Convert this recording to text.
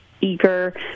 eager